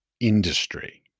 industry